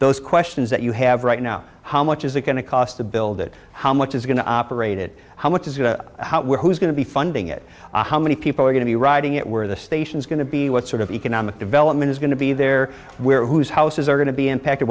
those questions that you have right now how much is it going to cost to build it how much is going to operate it how much as to how we're who's going to be funding it how many people are going to be riding it where the station's going to be what sort of economic development is going to be there where who's houses are going to be impacted